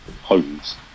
homes